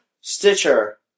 Stitcher